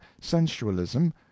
sensualism